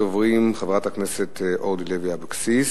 ראשונת הדוברים, חברת הכנסת אורלי לוי אבקסיס.